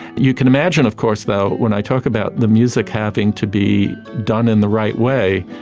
you can imagine of course though when i talk about the music having to be done in the right way,